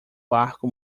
barco